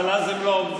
אבל אז הם לא עובדים.